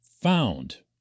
found